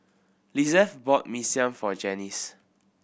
Lizeth bought Mee Siam for Janis